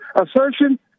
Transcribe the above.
assertion